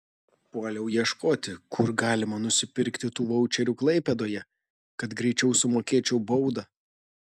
puoliau ieškoti kur galima nusipirkti tų vaučerių klaipėdoje kad greičiau sumokėčiau baudą